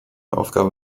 aufgabe